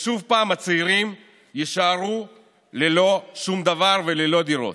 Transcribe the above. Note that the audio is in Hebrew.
ושוב הצעירים יישארו ללא שום דבר וללא דירות.